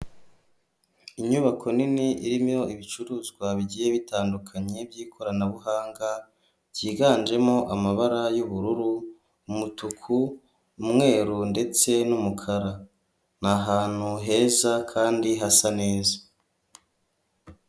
Inyubako nini irimoho ibicuruzwa bigiye bitandukanye by'ikoranabuhanga byiganjemo amabara y'ubururu, umutuku, umweru ndetse n'umukara. Ni ahantu heza kandi hasa neza.